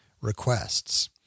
requests